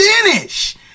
finish